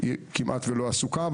כמעט לא עסוקה בזה,